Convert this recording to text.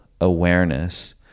awareness